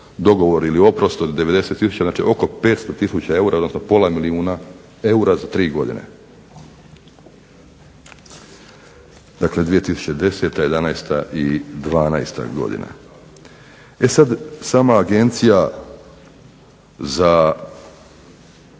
dogovor ili oprost od 90 tisuća, znači oko 500 tisuća eura odnosno pola milijuna eura za tri godine. Dakle 2010., '11. i '12. E sad sama Agencija za